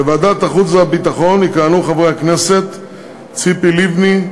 בוועדת החוץ והביטחון יכהנו חברי הכנסת ציפי לבני,